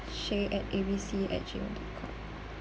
shae at abc at gmail dot com